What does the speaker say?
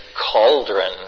cauldron